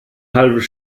halbes